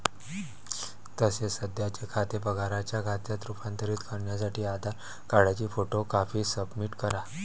तसेच सध्याचे खाते पगाराच्या खात्यात रूपांतरित करण्यासाठी आधार कार्डची फोटो कॉपी सबमिट करा